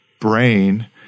brain